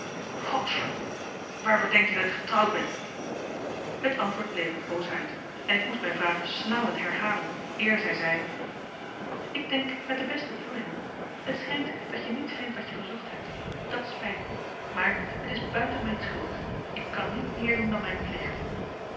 godverd waarvoor denk je dat ik getrouwd ben het antwoord bleef een poos uit en ik moest mijn vraag snauwend herhalen eer zij zie ik denk met de beste bedoelingen het schijnt marcellus emants een nagelaten bekentenis dat je niet vindt wat je gezocht hebt dat spijt me maar t is buiten mijn schuld ik kan niet meer doen dan mijn plicht